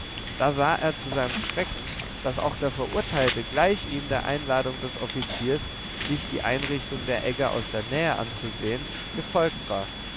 da sah er zu seinem schrecken daß auch der verurteilte gleich ihm der einladung des offiziers sich die einrichtung der egge aus der nähe anzusehen gefolgt war